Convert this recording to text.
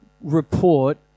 report